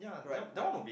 ride bike you know